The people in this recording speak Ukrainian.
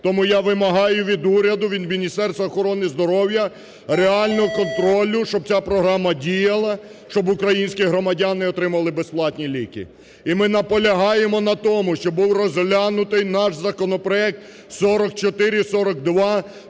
Тому я вимагаю від уряду, від Міністерства охорони здоров'я реального контролю. Щоб ця програма діяла, щоб українські громадяни отримали безплатні ліки. І ми наполягаємо на тому, щоб був розглянутий наш законопроект 4442